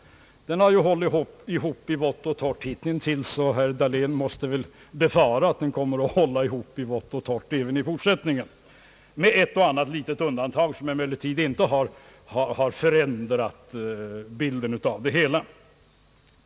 Den har ju hållit ihop i vått och torrt hittills, och herr Dahlén måste väl befara att den kommer att hålla ihop i vått och torrt även i fortsättningen, med ett och annat litet undantag som emellertid inte förändrar helhetsbilden.